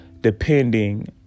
depending